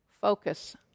focus